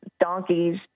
donkeys